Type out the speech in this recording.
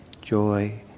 joy